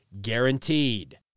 Guaranteed